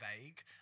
vague